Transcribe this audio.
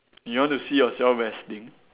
you want to see yourself resting